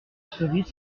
cerises